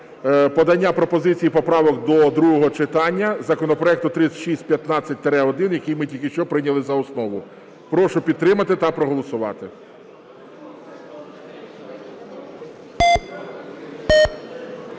подання пропозицій і поправок до другого читання законопроекту 3615-1, який ми тільки що прийняли за основу. Прошу підтримати та проголосувати.